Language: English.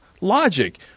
logic